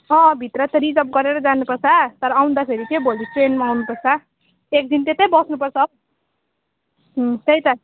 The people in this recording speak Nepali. अँ भित्र त रिजर्भ गरेर जानुपर्छ तर आउँदाखेरि चाहिँ भोलि ट्रेनमा आउनुपर्छ एकदिन त्यतै बस्नुपर्छ त्यही त